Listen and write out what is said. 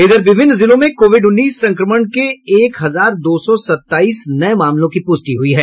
इधर विभिन्न जिलों में कोविड उन्नीस संक्रमण के एक हजार दो सौ सत्ताईस नये मामलों की पुष्टि हुई है